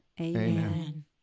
Amen